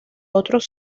otros